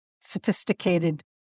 sophisticated